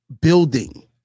building